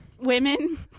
Women